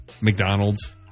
McDonald's